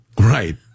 Right